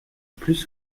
plus